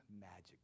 magic